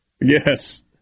Yes